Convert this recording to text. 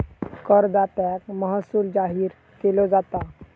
करदात्याक महसूल जाहीर केलो जाता